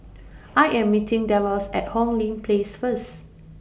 I Am meeting Delos At Hong Lee Place First